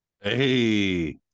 Hey